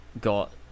got